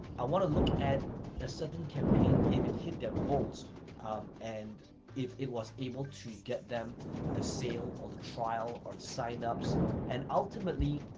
i wanna look at a certain campaign if it hit their goals and if it was able to get them the sale or the trial or signups and ultimately,